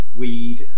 weed